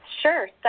Sure